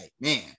man